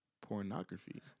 pornography